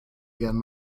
gern